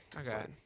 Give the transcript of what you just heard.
Okay